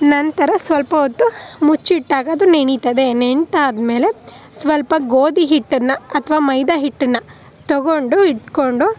ನಂತರ ಸ್ವಲ್ಪ ಹೊತ್ತು ಮುಚ್ಚಿಟ್ಟಾಗ ಅದು ನೆನೀತದೆ ನೆಂದಾದ್ಮೇಲೆ ಸ್ವಲ್ಪ ಗೋಧಿ ಹಿಟ್ಟನ್ನು ಅಥವಾ ಮೈದಾ ಹಿಟ್ಟನ್ನು ತಗೊಂಡು ಇಟ್ಕೊಂಡು